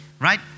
right